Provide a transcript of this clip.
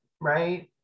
right